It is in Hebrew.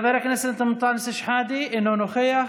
חבר הכנסת אנטאנס שחאדה, אינו נוכח,